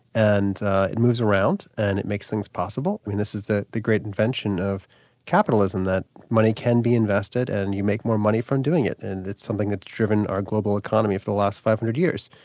and it moves around, and it makes things this is the the great invention of capitalism, that money can be invested and you make more money from doing it, and it's something that's driven our global economy for the last five hundred years,